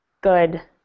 good